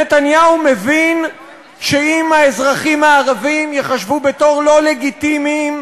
נתניהו מבין שאם האזרחים הערבים ייחשבו לא לגיטימיים,